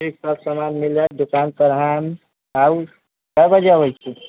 ठीक सब सामान मिल जाइत दोकान पर आयब आउ कै बजे आबै छी